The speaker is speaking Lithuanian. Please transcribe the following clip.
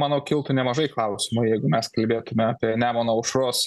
manau kiltų nemažai klausimų jeigu mes kalbėtume apie nemuno aušros